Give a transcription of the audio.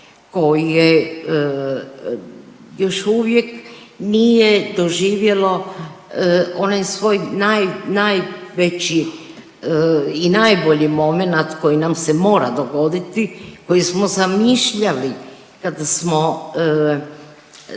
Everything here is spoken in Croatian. koje još uvijek nije doživjelo onaj svoj naj najveći i najbolji momenat koji nam se mora dogoditi koji smo zamišljali kada smo